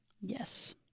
Yes